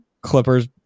Clippers